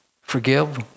forgive